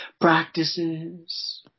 Practices